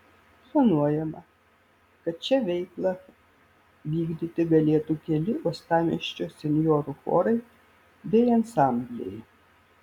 planuojama kad čia veiklą vykdyti galėtų keli uostamiesčio senjorų chorai bei ansambliai